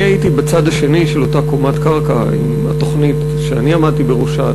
אני הייתי בצד השני של אותה קומת קרקע עם התוכנית שאני עמדתי בראשה,